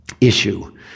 issue